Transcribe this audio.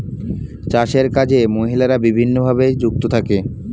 চাষের কাজে মহিলারা বিভিন্নভাবে যুক্ত থাকে